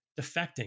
defecting